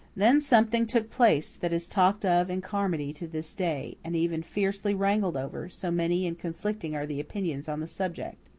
then something took place that is talked of in carmody to this day, and even fiercely wrangled over, so many and conflicting are the opinions on the subject.